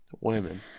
Women